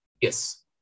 Yes